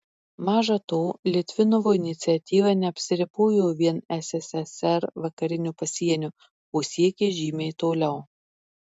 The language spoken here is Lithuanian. maža to litvinovo iniciatyva neapsiribojo vien sssr vakariniu pasieniu o siekė žymiai toliau